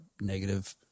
negative